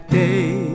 day